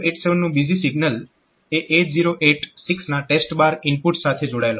8087 નું busy signal એ 8086 ના TEST ઇનપુટ સાથે જોડાયેલ હોય છે